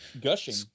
gushing